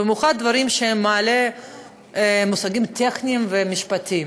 במיוחד דברים שמעלים מושגים טכניים ומשפטיים,